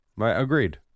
agreed